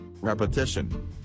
repetition